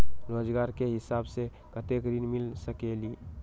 रोजगार के हिसाब से कतेक ऋण मिल सकेलि?